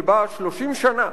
שבה 30 שנה